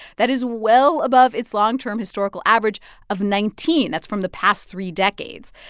that is well above its long-term historical average of nineteen. that's from the past three decades.